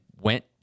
went